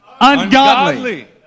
ungodly